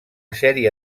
sèrie